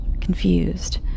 confused